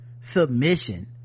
submission